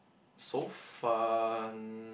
so fun